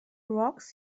rocks